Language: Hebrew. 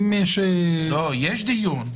לא, יש דיון.